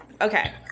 Okay